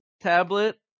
tablet